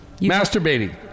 Masturbating